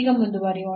ಈಗ ಮುಂದುವರಿಯೋಣ